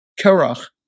Kerach